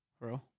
Bro